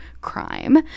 crime